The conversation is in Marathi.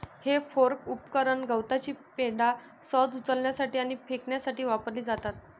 हे फोर्क उपकरण गवताची पेंढा सहज उचलण्यासाठी आणि फेकण्यासाठी वापरली जातात